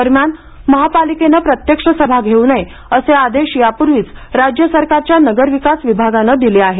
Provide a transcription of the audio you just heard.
दरम्यान महापालिकेनं प्रत्यक्ष सभा घेऊ नये असे आदेश यापूर्वीच राज्य सरकारच्या नगर विकास विभागानं दिले आहेत